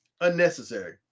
unnecessary